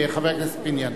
חבר הכנסת פיניאן.